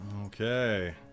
Okay